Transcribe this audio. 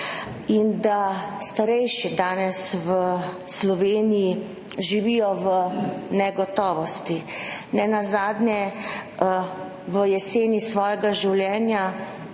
in da starejši danes v Sloveniji živijo v negotovosti. Nenazadnje, v jeseni svojega življenja